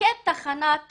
מפקד תחנת